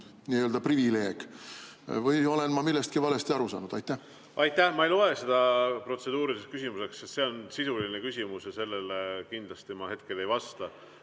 liikmete privileeg. Või olen ma millestki valesti aru saanud? Aitäh! Ma ei loe seda protseduuriliseks küsimuseks, sest see on sisuline küsimus ja sellele ma kindlasti hetkel ei vasta.